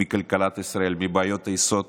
מכלכלת ישראל, מבעיות היסוד